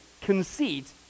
conceit